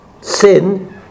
sin